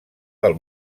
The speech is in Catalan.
del